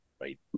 Right